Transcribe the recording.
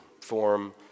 form